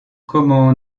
comment